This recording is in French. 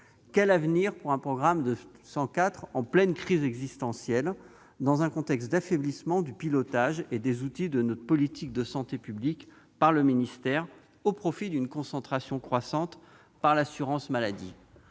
Quel avenir pour un programme 204 en pleine « crise existentielle », dans un contexte d'affaiblissement du pilotage et des outils de notre politique de santé publique par le ministère, au profit d'une concentration croissante au profit de l'assurance maladie ?